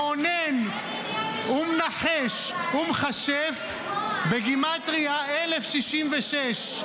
"מעונן ומנחש ומכשף" בגימטרייה זה 1,066,